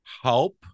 help